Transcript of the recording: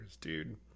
dude